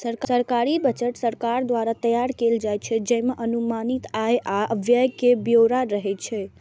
सरकारी बजट सरकार द्वारा तैयार कैल जाइ छै, जइमे अनुमानित आय आ व्यय के ब्यौरा रहै छै